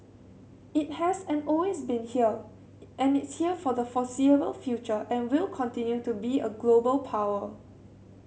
it has and always been here and it's here for the foreseeable future and will continue to be a global power